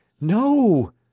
no